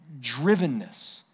drivenness